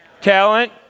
talent